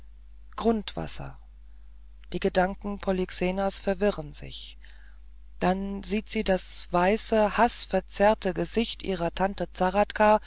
grundwasser die gedanken polyxenas verwirren sich dann sieht sie das weiße haßverzerrte gesicht ihrer tante